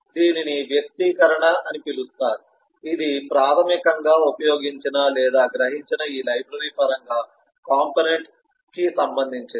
దీనిని వ్యక్తీకరణ అని పిలుస్తారు ఇది ప్రాథమికంగా ఉపయోగించిన లేదా గ్రహించిన ఈ లైబ్రరీ పరంగా కాంపోనెంట్ కి సంబంధించినది